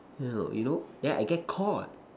you know then I get caught